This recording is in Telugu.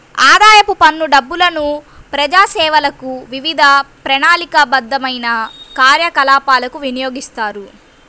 ఆదాయపు పన్ను డబ్బులను ప్రజాసేవలకు, వివిధ ప్రణాళికాబద్ధమైన కార్యకలాపాలకు వినియోగిస్తారు